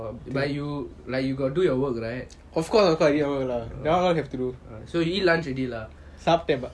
oh but you like you got do your work right so you eat lunch already lah